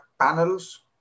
panels